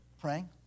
praying